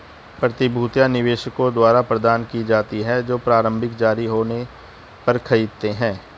प्रतिभूतियां निवेशकों द्वारा प्रदान की जाती हैं जो प्रारंभिक जारी होने पर खरीदते हैं